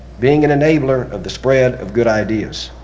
being an enabler of the spread of good ideas.